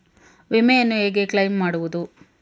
ವಿಮೆಯನ್ನು ಹೇಗೆ ಕ್ಲೈಮ್ ಮಾಡುವುದು?